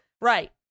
Right